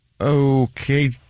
Okay